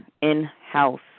in-house